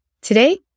Today